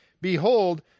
Behold